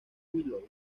willow